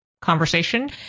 conversation